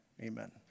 Amen